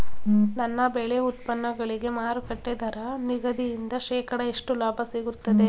ನನ್ನ ಬೆಳೆ ಉತ್ಪನ್ನಗಳಿಗೆ ಮಾರುಕಟ್ಟೆ ದರ ನಿಗದಿಯಿಂದ ಶೇಕಡಾ ಎಷ್ಟು ಲಾಭ ಸಿಗುತ್ತದೆ?